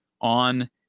on